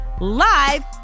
live